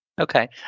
Okay